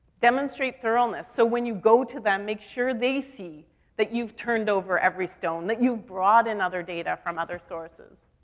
demonstrate thoroughness. so when you go to them, make sure they see that you've turned over every stone, that you've brought in other data from other sources.